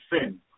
sin